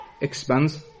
expands